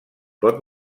pot